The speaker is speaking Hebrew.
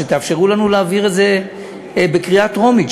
שתאפשרו לנו להעביר את זה בקריאה טרומית,